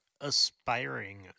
aspiring